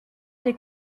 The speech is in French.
des